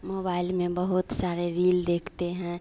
mobile में बहुत सारी रील देखते हैं